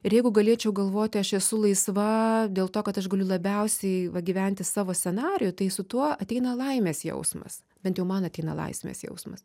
ir jeigu galėčiau galvoti aš esu laisva dėl to kad aš galiu labiausiai va gyventi savo scenarijų tai su tuo ateina laimės jausmas bent jau man ateina laisvės jausmas